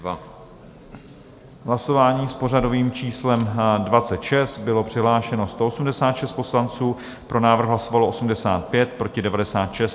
V hlasování s pořadovým číslem 26 bylo přihlášeno 186 poslanců, pro návrh hlasovalo 85, proti 96.